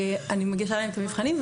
ואני מגישה להם את המבחנים.